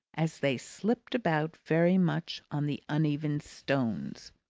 as they slipped about very much on the uneven stones.